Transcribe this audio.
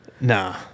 Nah